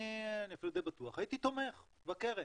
אני אפילו די בטוח שהייתי תומך בקרן,